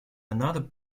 another